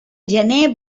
gener